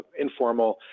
informal